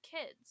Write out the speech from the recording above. kids